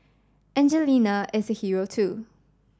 Angelina is a hero too